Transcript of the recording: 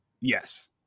Yes